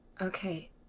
Okay